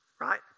right